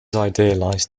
idealized